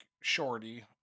shorty